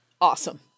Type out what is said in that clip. Awesome